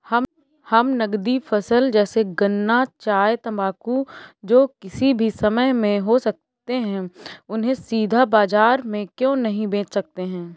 हम नगदी फसल जैसे गन्ना चाय तंबाकू जो किसी भी समय में हो सकते हैं उन्हें सीधा बाजार में क्यो नहीं बेच सकते हैं?